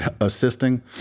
assisting